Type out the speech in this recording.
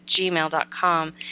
gmail.com